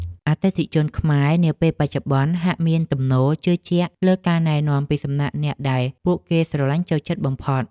អតិថិជនខ្មែរនាពេលបច្ចុប្បន្នហាក់មានទំនោរជឿជាក់លើការណែនាំពីសំណាក់អ្នកដែលពួកគេស្រឡាញ់ចូលចិត្តបំផុត។